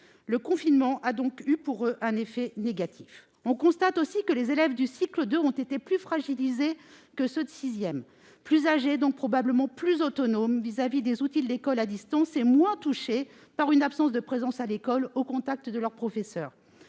Le confinement a donc eu pour eux un effet négatif. Nous constatons aussi que les élèves du cycle 2 ont été plus fragilisés que ceux de sixième. Plus âgés, ces derniers sont probablement plus autonomes vis-à-vis des outils de l'école à distance, et moins touchés par une absence de présence à l'école et de contact avec leurs professeurs.